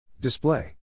Display